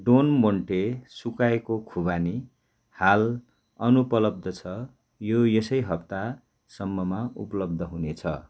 done Monte सुकाएको खुबानी हाल अनुपलब्ध छ यो यसै हप्तासम्ममा उपलब्ध हुनेछ